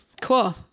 cool